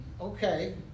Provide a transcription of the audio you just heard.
Okay